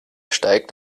steigt